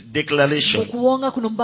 declaration